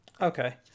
Okay